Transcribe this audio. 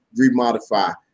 remodify